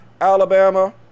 Alabama